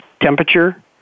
temperature